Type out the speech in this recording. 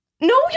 No